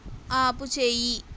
ఆపుచేయి